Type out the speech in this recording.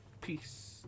peace